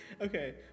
Okay